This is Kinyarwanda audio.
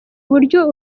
uburyo